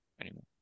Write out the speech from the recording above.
anymore